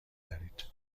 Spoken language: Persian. دارید